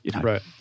right